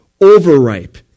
overripe